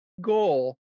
goal